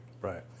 Right